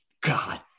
God